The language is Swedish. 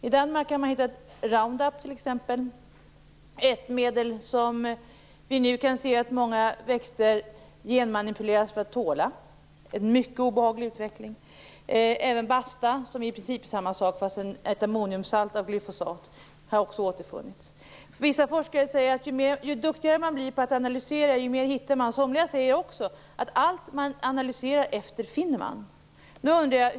I Danmark har man t.ex. hittat Roundup, ett medel som vi nu kan se att många växter genmanipuleras för att tåla - en mycket obehaglig utveckling. Även Basta, som i princip är samma sak fastän ett ammoniumsalt av glyfosat, har återfunnits. Vissa forskare säger att ju duktigare man blir på att analysera, desto mer hittar man. Somliga säger också att allt som man söker efter vid analysen finner man.